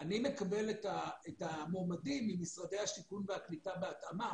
אני מקבל את המועמדים ממשרדי השיכון והקליטה בהתאמה,